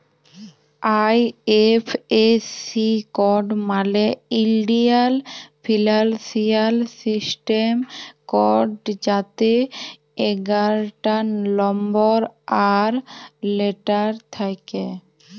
IFSC code মালে ইলডিয়াল financial system code যাতে এগারটা লম্বর আর লেটার থ্যাকে